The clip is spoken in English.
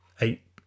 eight